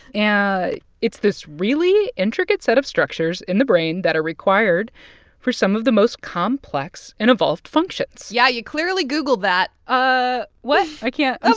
yeah it's this really intricate set of structures in the brain that are required for some of the most complex and evolved functions yeah, you clearly googled that ah what? i can't i'm